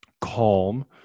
calm